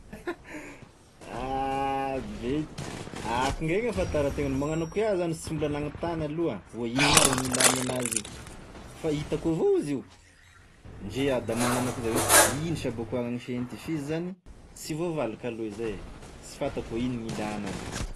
Ah! Avy ndray ty, akone no ahafantarantena, gny magnano akone iaho sy mbola nanotany aloha hoe ino marigny gn'ilagny an'azy io, fa hitako avao izy io, ndre iaho da magnano akoa zaho hoe ino sha ba koa hisiagn'ity, f'izy zany sy voavaliko aloha izy zay e, sy fantako hoe ino gn'ilà an'azy.